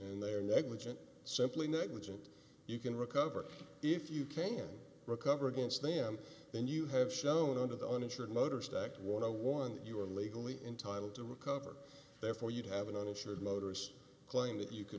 and they are negligent simply negligent you can recover if you can't recover against them and you have shown under the uninsured motorist act one o one you are legally entitled to recover therefore you'd have an uninsured motorist claim that you c